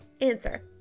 Answer